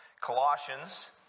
Colossians